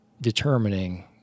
determining